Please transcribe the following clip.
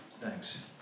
thanks